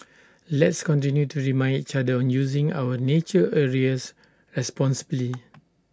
let's continue to remind each other on using our nature areas responsibly